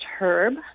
herb